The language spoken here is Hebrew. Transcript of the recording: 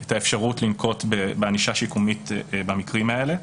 את האפשרות לנקוט בענישה שיקומית במקרים האלה.